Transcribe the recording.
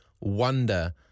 wonder